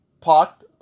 pot